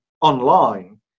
online